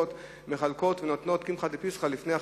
מחלקות ונותנות קמחא דפסחא לפני החגים,